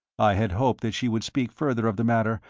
i had hoped that she would speak further of the matter,